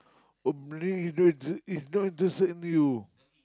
only is not in the same you